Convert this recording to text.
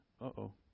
uh-oh